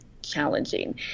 challenging